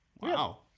wow